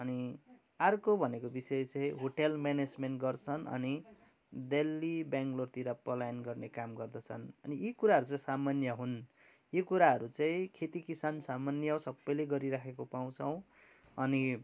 अनि अर्को भनेको विषय चाहिँ होटल म्यानेजमेन्ट गर्छन् अनि दिल्ली बेङलोरतिर पलायन गर्ने काम गर्दछन् अनि यी कुराहरू चाहिँ सामान्य हुन् यी कुराहरू चाहिँ खेती किसान सामान्य हो सबैले गरिराखेको पाउँछौँ अनि